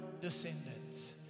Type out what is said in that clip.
descendants